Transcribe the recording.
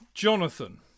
Jonathan